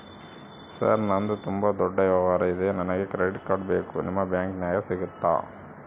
Sir ನಂದು ತುಂಬಾ ದೊಡ್ಡ ವ್ಯವಹಾರ ಇದೆ ನನಗೆ ಕ್ರೆಡಿಟ್ ಕಾರ್ಡ್ ಬೇಕು ನಿಮ್ಮ ಬ್ಯಾಂಕಿನ್ಯಾಗ ಸಿಗುತ್ತಾ?